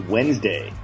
Wednesday